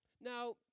Now